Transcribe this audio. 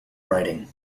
writing